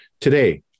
Today